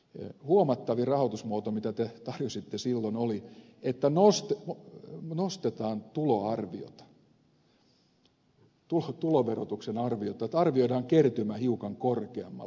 huomattavin rahoitusmuoto mitä te tarjositte silloin oli se että nostetaan tuloverotuksen arviota että arvioidaan kertymä hiukan korkeammalle